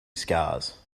scars